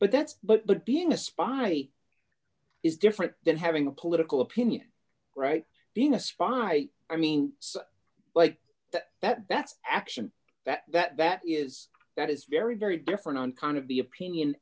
but that's but being a spy is different than having a political opinion right being a spy i mean like that that's action that that that is that is very very different on kind of the opinion